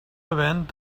havent